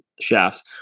shafts